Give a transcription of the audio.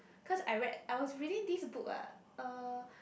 cause I read I was reading this book ah uh